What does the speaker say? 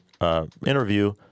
interview